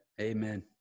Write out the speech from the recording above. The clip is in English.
Amen